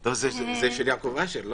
זה של יעקב אשר.